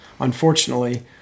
unfortunately